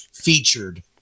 featured